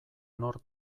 nor